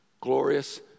glorious